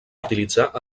utilitzar